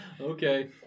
Okay